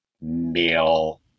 male